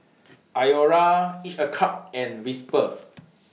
Iora Each A Cup and Whisper